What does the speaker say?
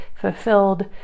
fulfilled